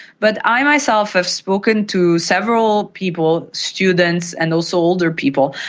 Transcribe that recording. but i myself have spoken to several people, students and also older people,